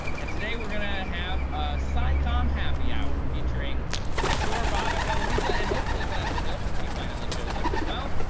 and today, we're going to have a scicomm happy hour featuring kishore, bobak, eloisa, and hopefully vanessa hill when she finally shows up as well.